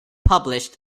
published